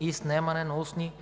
и снемане на устни